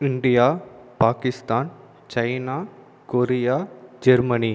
India Pakistan China Korea Germany